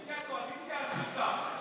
גברתי, הקואליציה עסוקה.